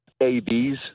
ABs